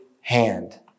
hand